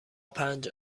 پنج